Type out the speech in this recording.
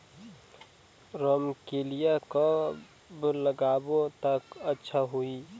रमकेलिया कब लगाबो ता अच्छा होही?